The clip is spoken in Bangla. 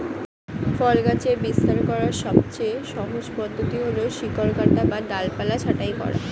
ফল গাছের বিস্তার করার সবচেয়ে সহজ পদ্ধতি হল শিকড় কাটা বা ডালপালা ছাঁটাই করা